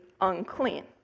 unclean